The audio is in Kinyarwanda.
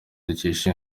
dukesha